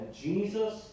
Jesus